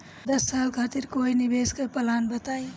दस साल खातिर कोई निवेश के प्लान बताई?